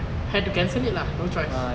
had to cancel it lah no choice